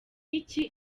iki